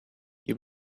you